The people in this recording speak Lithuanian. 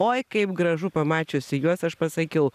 oi kaip gražu pamačiusi juos aš pasakiau